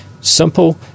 Simple